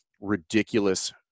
ridiculous